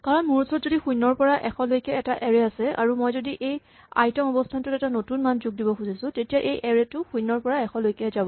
কাৰণ মোৰ ওচৰত যদি শূণ্যৰ পৰা ৯৯ লৈকে এটা এৰে আছে আৰু মই যদি এই আই তম অৱস্হানটোত এটা নতুন মান যোগ দিব খুজিছো তেতিয়া এই এৰে টো শূণ্য ৰ পৰা এশলৈকে হে যাব